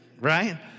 right